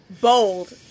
bold